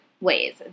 ways